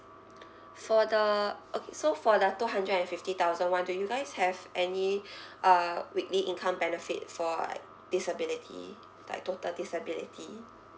for the okay so for the two hundred and fifty thousand [one] do you guys have any uh weekly income benefit for like disability like total disability